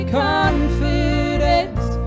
confidence